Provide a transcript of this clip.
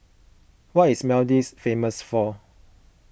what is Maldives famous for